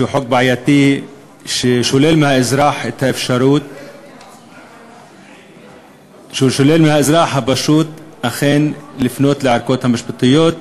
שהוא חוק בעייתי ששולל מהאזרח הפשוט את האפשרות לפנות לערכאות משפטיות,